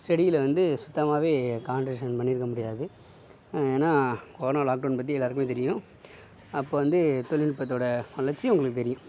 ஸ்டடியில வந்து சுத்தமாகவே பண்ணியிருக்க முடியாது ஏன்னா கொரோனா லாக்டவுன் பற்றி எல்லாருக்குமே தெரியும் அப்போ வந்து தொழில்நுட்பத்தோடய வளர்ச்சி உங்களுக்கு தெரியும்